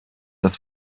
dass